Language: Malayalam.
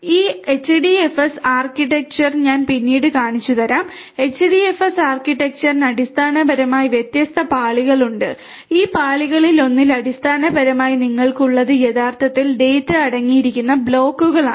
ഈ HDFS ആർക്കിടെക്ചർ ഞാൻ പിന്നീട് കാണിച്ചുതരാം HDFS ആർക്കിടെക്ചറിന് അടിസ്ഥാനപരമായി വ്യത്യസ്ത പാളികളുണ്ട് ഈ പാളികളിലൊന്നിൽ അടിസ്ഥാനപരമായി നിങ്ങൾക്ക് ഉള്ളത് യഥാർത്ഥത്തിൽ ഡാറ്റ അടങ്ങിയിരിക്കുന്ന ബ്ലോക്കുകൾ എന്നാണ്